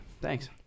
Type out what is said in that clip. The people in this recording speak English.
Thanks